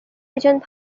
এজন